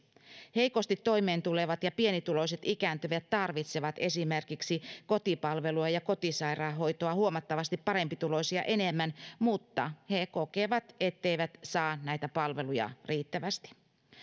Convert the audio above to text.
heikosti toimeentulevat ja pienituloiset ikääntyvät tarvitsevat esimerkiksi kotipalvelua ja kotisairaanhoitoa huomattavasti parempituloisia enemmän mutta he kokevat etteivät saa näitä palveluja riittävästi